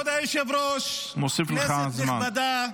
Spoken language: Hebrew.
כבוד היושב-ראש, כנסת נכבדה,